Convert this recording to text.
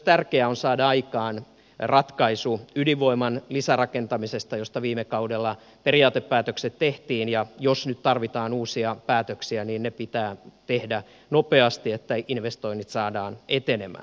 tärkeää on myös saada aikaan ratkaisu ydinvoiman lisärakentamisesta josta viime kaudella periaatepäätökset tehtiin ja jos nyt tarvitaan uusia päätöksiä niin ne pitää tehdä nopeasti että investoinnit saadaan etenemään